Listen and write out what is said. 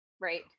right